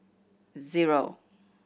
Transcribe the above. zero